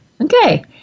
Okay